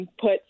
put